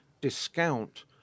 discount